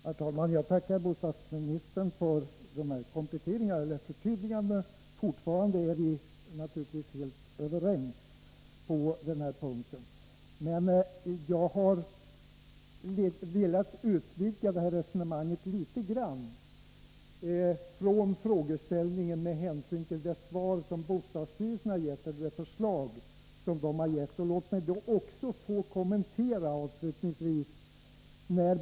Herr talman! Jag tackar bostadsministern för dessa kompletteringar och förtydliganden. Fortfarande är vi naturligtvis helt överens på denna punkt. Men jag har velat utvidga resonemanget litet med hänsyn till det förslag som bostadsstyrelsen lämnat. Låt mig avslutningsvis kommentera detta.